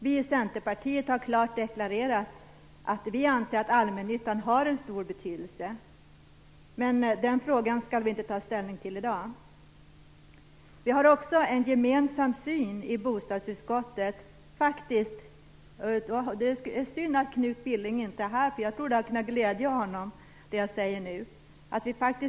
Vi i Centerpartiet har klart deklarerat att vi anser att allmännyttan har en stor betydelse, men den frågan skall riksdagen inte ta ställning till i dag. Vi har faktiskt också en gemensam syn i bostadsutskottet. Det är synd att Knut Billing inte är här, för jag tror att det som jag nu säger skulle glädja honom.